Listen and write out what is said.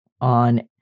on